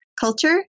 culture